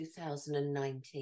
2019